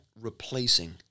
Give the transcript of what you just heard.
replacing